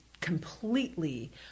completely